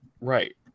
right